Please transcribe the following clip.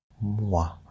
moi